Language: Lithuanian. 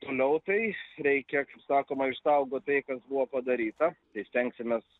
skliautai reikia kaip sakoma išsaugot tai kas buvo padaryta tai stengsimės